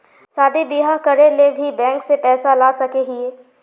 शादी बियाह करे ले भी बैंक से पैसा ला सके हिये?